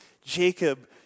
Jacob